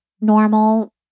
normal